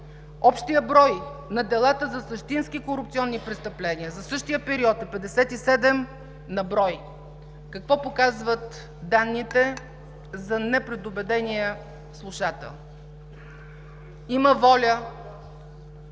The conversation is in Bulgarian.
Общият брой на делата за същински корупционни престъпления за същия период е 57 на брой. Какво показват данните за непредубедения слушател? Има воля,